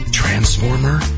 Transformer